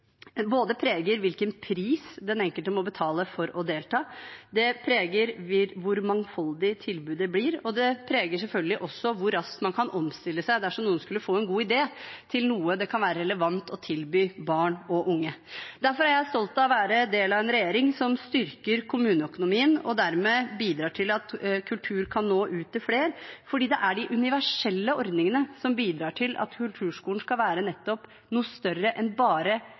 preger hvilken pris den enkelte må betale for å delta, den preger hvor mangfoldig tilbudet blir, og den preger selvfølgelig også hvor raskt man kan omstille seg dersom noen skulle få en god idé til noe det kan være relevant å tilby barn og unge. Derfor er jeg stolt av å være del av en regjering som styrker kommuneøkonomien og dermed bidrar til at kultur kan nå ut til flere, for det er de universelle ordningene som bidrar til at kulturskolen skal være nettopp noe større enn bare